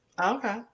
Okay